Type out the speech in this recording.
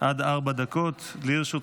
עד ארבע דקות לרשותך.